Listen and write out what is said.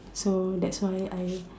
so that's why I